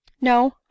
no